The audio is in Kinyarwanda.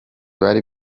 bari